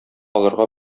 алырга